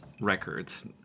Records